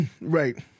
Right